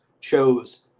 chose